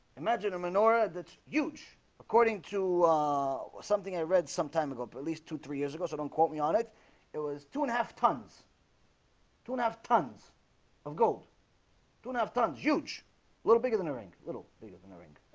imagine a menorah that's huge according to something i read some time ago, but at least two three years ago, so don't quote me on it it was two and a half tonnes don't have tons of gold don't have tons huge little bigger than a rink little bigger than a ring